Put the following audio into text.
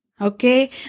okay